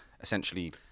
essentially